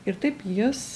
ir taip jis